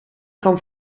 kan